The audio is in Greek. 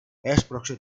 έσπρωξε